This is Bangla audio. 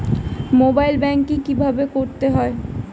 মোবাইল ব্যাঙ্কিং কীভাবে করতে হয়?